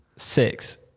Six